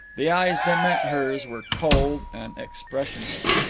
the eyes that met hers were cold and expressionless.